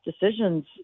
decisions